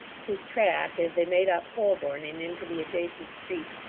whose track, as they made up holborn and into the adjacent streets,